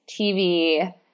TV